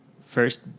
first